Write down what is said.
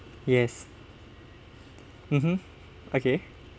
yes mmhmm okay